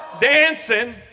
dancing